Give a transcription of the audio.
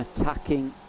Attacking